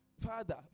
Father